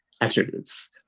attributes